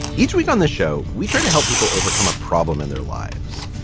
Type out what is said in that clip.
each week on the show, we try to help people overcome a problem in their lives.